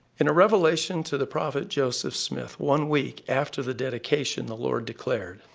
in a revelation to the prophet joseph smith one week after the dedication, the lord declared